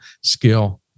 skill